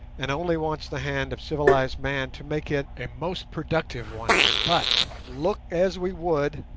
and only wants the hand of civilized man to make it a most productive one. but look as we would,